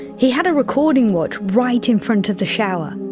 he had a recording watch right in front of the shower.